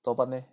怎么办 leh